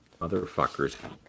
motherfuckers